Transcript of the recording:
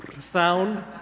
sound